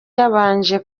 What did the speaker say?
yabanje